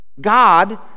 god